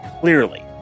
clearly